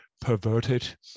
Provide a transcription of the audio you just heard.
perverted